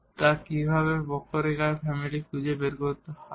তা কীভাবে কার্ভর ফ্যামিলি খুঁজে বের করতে হবে